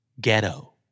ghetto